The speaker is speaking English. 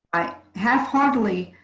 i have hardly